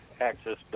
access